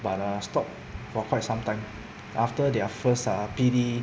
but I stop for quite some time after their first ah P_D